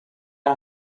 han